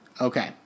Okay